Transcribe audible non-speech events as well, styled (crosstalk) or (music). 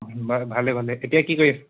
ভালে ভালে এতিয়া কি (unintelligible)